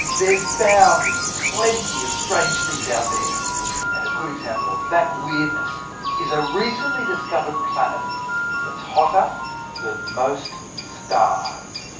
there's bound to be plenty of strange things out there. and a good example of that weirdness is a recently discovered planet that's hotter than most stars.